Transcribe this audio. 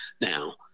now